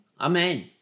Amen